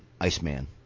Iceman